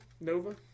Nova